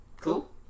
cool